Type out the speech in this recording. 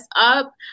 up